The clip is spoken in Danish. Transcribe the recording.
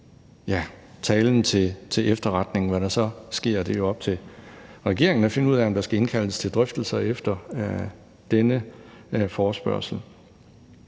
tager talen til efterretning. Hvad der så sker, er det op til regeringen at finde ud af, altså om der skal indkaldes til drøftelser efter denne forespørgsel.